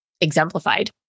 exemplified